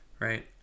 right